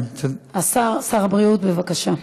שר הבריאות, בבקשה.